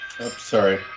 Sorry